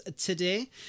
today